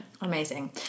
Amazing